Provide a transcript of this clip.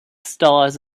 stars